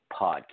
podcast